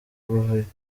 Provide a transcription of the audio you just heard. guhirika